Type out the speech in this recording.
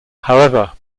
however